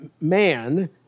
man